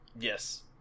yes